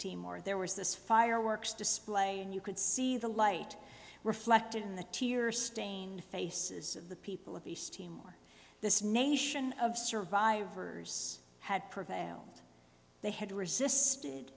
timor there was this fireworks display and you could see the light reflected in the tear stained face of the people of east timor this nation of survivors had prevailed they had resisted